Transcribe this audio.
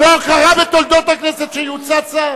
עוד לא קרה בתולדות הכנסת שיוּצא שר.